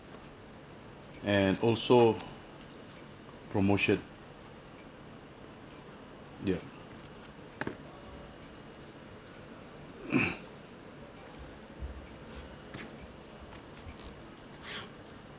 and also promotion ya